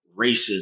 racism